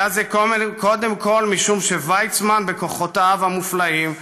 היה זה קודם כול משום שויצמן, בכוחותיו המופלאים,